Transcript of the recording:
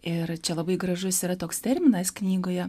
ir čia labai gražus yra toks terminas knygoje